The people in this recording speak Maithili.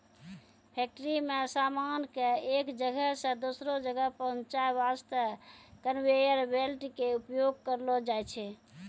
फैक्ट्री मॅ सामान कॅ एक जगह सॅ दोसरो जगह पहुंचाय वास्तॅ कनवेयर बेल्ट के उपयोग करलो जाय छै